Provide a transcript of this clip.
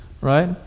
right